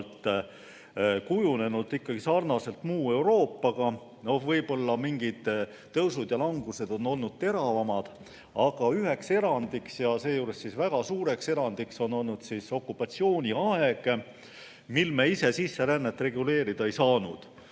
kujunenud sarnaselt muu Euroopaga, võib-olla mingid tõusud ja langused on olnud teravamad. Üks erand, ja seejuures väga suur erand on olnud okupatsiooniaeg, mil me ise sisserännet reguleerida ei saanud.